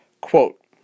Quote